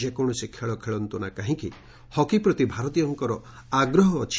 ଯେକୌଶସି ଖେଳନ୍ତୁ ନା କାହିଁକି ହକି ପ୍ରତି ଭାରତୀୟଙ୍କର ଆଗ୍ରହ ଅଛି